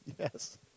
Yes